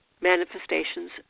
manifestations